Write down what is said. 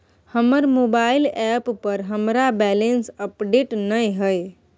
हमर mobile app पर हमरा बैलेंस अपडेट नय हय